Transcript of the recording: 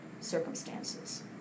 circumstances